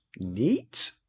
neat